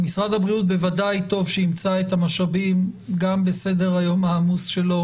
משרד הבריאות בוודאי טוב שימצא את המשאבים גם בסדר היום העמוס שלו,